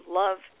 love